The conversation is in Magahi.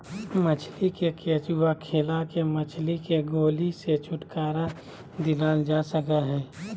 मछली के केंचुआ खिला के मछली के गोली से छुटकारा दिलाल जा सकई हई